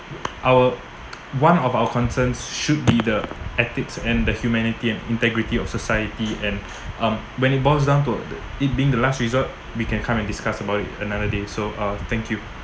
our one of our concerns should be the ethics and the humanity and integrity of society and um when it boils down to th~ it being the last resort we can come and discuss about it another day so uh thank you